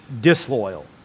disloyal